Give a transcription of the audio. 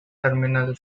terminal